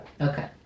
Okay